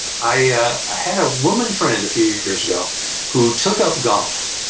i ah had a woman friend a few years ago who took up golf.